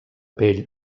pell